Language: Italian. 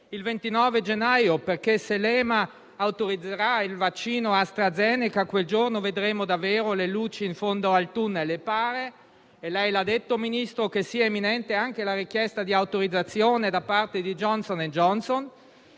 medicines agency (EMA) autorizzerà il vaccino AstraZeneca, quel giorno vedremo davvero la luce in fondo al tunnel e pare, come ha detto il signor Ministro, che sia imminente anche la richiesta di autorizzazione da parte di Johnson & Johnson